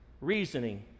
reasoning